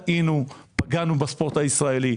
פגענו בספורט הישראלי,